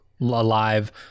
alive